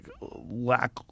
lack